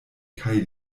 kaj